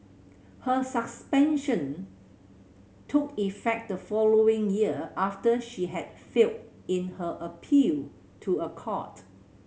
her suspension took effect the following year after she had failed in her appeal to a court